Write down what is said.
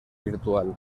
virtual